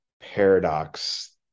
paradox